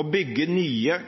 Å bygge nye,